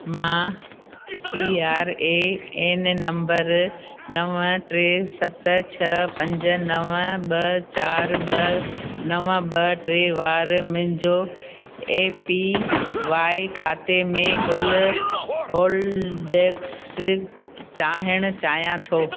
मां P R A N number नव टे सत छ्ह पंज नव ॿ चार ॿ नव ॿ टे वारे मुंहिंजो ए पी वाए खाते में कुलु होल्डिगस चाहिणु चाहियां थो